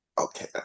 okay